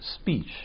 speech